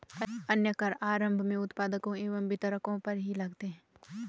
अन्य कर आरम्भ में उत्पादकों एवं वितरकों पर ही लगते हैं